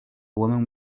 woman